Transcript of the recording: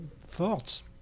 Thoughts